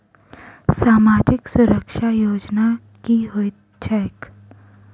सामाजिक सुरक्षा योजना की होइत छैक?